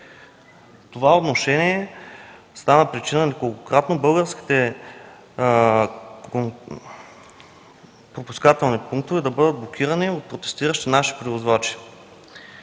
Това отношение стана причина неколкократно българските пропускателни пунктове да бъдат блокирани от протестиращи наши превозвачи.